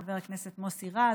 חבר הכנסת מוסי רז,